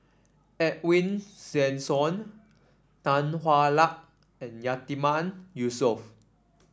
Edwin Tessensohn Tan Hwa Luck and Yatiman Yusof